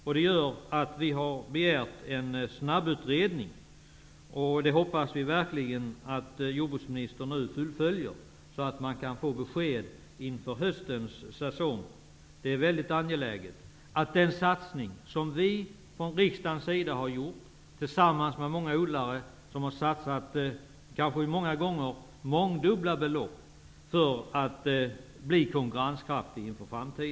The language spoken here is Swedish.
Vi har därför begärt en snabbutredning, och vi hoppas verkligen att jordbruksministern nu fullföljer vår begäran, så att odlarna kan få besked inför höstens säsong. Vi har från riksdagens sida gjort en satsning på detta område, tillsammans med många odlare som har satsat ibland mångdubbla belopp för att bli konkurrenskraftiga inför framtiden.